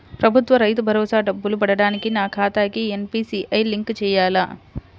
ప్రభుత్వ రైతు భరోసా డబ్బులు పడటానికి నా ఖాతాకి ఎన్.పీ.సి.ఐ లింక్ చేయాలా?